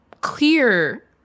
clear